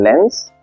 lens